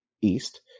East